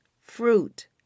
fruit